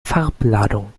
farbladung